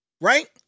Right